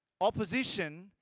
Opposition